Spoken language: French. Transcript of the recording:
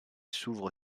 s’ouvre